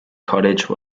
cottage